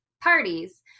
parties